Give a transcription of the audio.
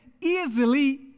easily